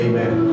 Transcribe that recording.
Amen